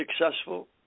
successful